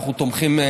אנחנו תומכים בה